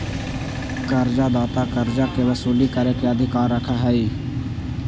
कर्जा दाता कर्जा के वसूली करे के अधिकार रखऽ हई